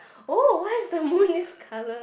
oh why is the moon this colour